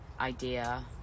idea